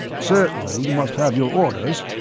certainly, you must have your orders.